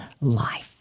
life